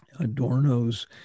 adorno's